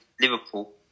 Liverpool